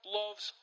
loves